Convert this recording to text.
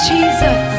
Jesus